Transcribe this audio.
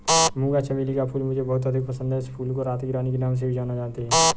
मूंगा चमेली का फूल मुझे बहुत अधिक पसंद है इस फूल को रात की रानी के नाम से भी जानते हैं